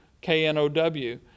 K-N-O-W